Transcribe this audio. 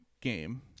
game